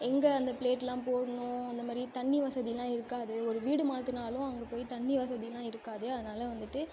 எங்கே அந்த பிளேட்டெலாம் போடணும் அந்தமாதிரி தண்ணி வசதியெலாம் இருக்காது ஒரு வீடு மாற்றினாலும் அங்கே போய் தண்ணி வசதியெலாம் இருக்காது அதனால வந்துட்டு